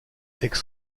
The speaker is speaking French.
aix